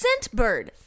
Scentbird